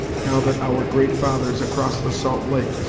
now that our great fathers, across the salt lake,